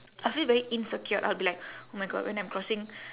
I feel very insecure I'll be like oh my god when I'm crossing